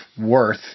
worth